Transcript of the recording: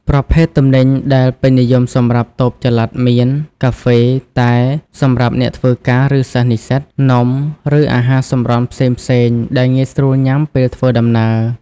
ប្រភេទទំនិញដែលពេញនិយមសម្រាប់តូបចល័តមាន កាហ្វេ តែ សម្រាប់អ្នកធ្វើការ ឬសិស្សនិស្សិត នំ ឬអាហារសម្រន់ផ្សេងៗ ដែលងាយស្រួលញ៉ាំពេលធ្វើដំណើរ។